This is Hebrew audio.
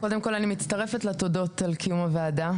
קודם כול, אני מצטרפת לתודות על קיום הוועדה.